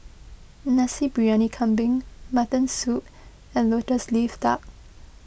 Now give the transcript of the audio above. Nasi Briyani Kambing Mutton Soup and Lotus Leaf Duck